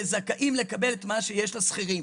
כזכאים לקבל את מה שיש לשכירים.